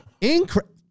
Incredible